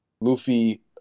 Luffy